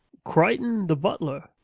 crichton, the butler.